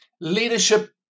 leadership